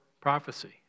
prophecy